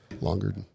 longer